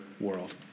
world